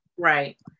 Right